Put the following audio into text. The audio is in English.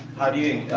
how do you